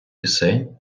пісень